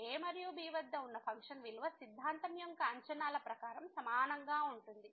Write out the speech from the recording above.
a మరియు b వద్ద ఉన్న ఫంక్షన్ విలువ సిద్ధాంతం యొక్క అంచనాలు ప్రకారం సమానంగా ఉంటుంది